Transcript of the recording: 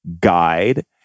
guide